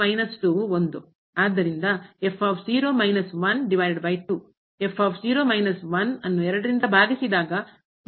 ವು ಆದ್ದರಿಂದ ಮೈನಸ್ ಅನ್ನು ಭಾಗಿಸಿದಾಗ ಮತ್ತು ನಡುವೆ ಇರುತ್ತದೆ